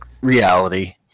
reality